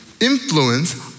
influence